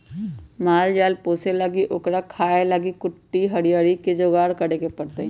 माल जाल पोशे लागी ओकरा खाय् लेल कुट्टी हरियरी कें जोगार करे परत